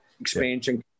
Expansion